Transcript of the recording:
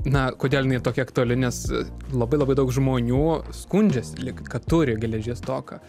na kodėl jinai tokia aktuali nes labai labai daug žmonių skundžiasi lyg kad turi geležies stoką